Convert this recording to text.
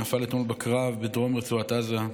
שנפל אתמול בקרב בדרום רצועת עזה,